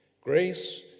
grace